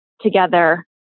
together